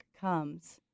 comes